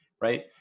right